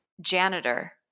janitor